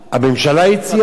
הממשלה הציעה,